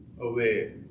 away